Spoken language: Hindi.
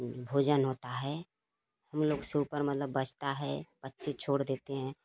भोजन होता है हम लोग से उपर मतलब बचता है बच्चे छोड़ देते हैं